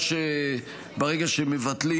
או שברגע שמבטלים,